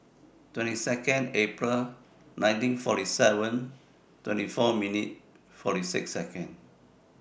twenty two April nineteen forty seven twenty four forty six